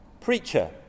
preacher